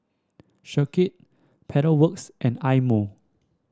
Schick Pedal Works and Eye Mo